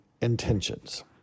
intentions